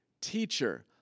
Teacher